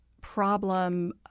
problem